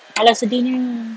!alah! sedihnya